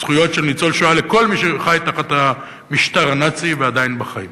זכויות של ניצול השואה לכל מי שחי תחת המשטר הנאצי ועדיין בחיים.